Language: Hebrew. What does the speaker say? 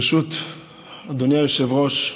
ברשות אדוני היושב-ראש,